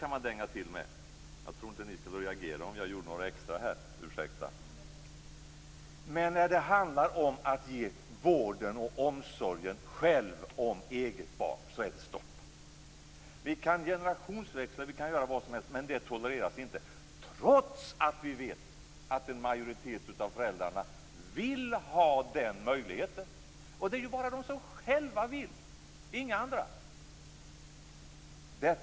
Jag tror inte att ni skulle reagera om jag lade in några extra sådana. När det handlar om att själv ge vården och omsorgen till eget barn är det stopp. Vi kan generationsväxla e.d., men det här tolereras inte, trots att vi vet att en majoritet av föräldrarna vill ha den här möjligheten. Det är ju också bara de som själva vill det, inga andra, som det gäller.